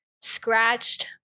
scratched